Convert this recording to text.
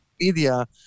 media